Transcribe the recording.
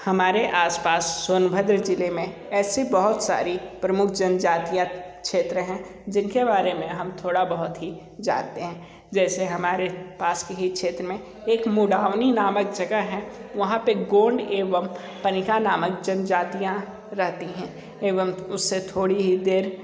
हमारे आस पास सोनभद्र जिले में ऐसी बहुत सारी प्रमुख जनजातियाँ क्षेत्र हैं जिनके बारे में हम थोड़ा बहुत ही जानते हैं जैसे हमारे पास के ही क्षेत्र में एक मुड़वानी नामक जगह है वहाँ पे गोंड एवं पनिका नामक जनजातियाँ रहती हैं एवं उससे थोड़ी ही दूर